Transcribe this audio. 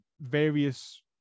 various